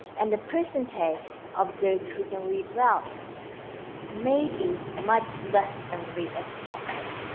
and the percentage of those who can read well may be much less than we expected.